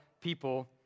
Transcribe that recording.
people